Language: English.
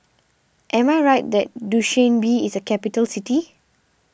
am I right that Dushanbe is a capital city